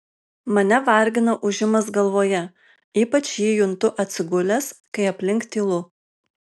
mane vargina ūžimas galvoje ypač jį juntu atsigulęs kai aplink tylu